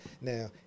Now